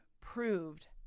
proved